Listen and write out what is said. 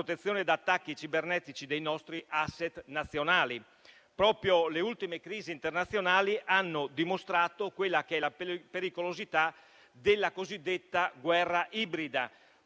la protezione da attacchi cibernetici dei nostri *asset* nazionali. Proprio le ultime crisi internazionali hanno dimostrato la pericolosità della cosiddetta guerra ibrida,